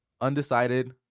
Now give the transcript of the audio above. undecided